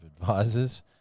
advisors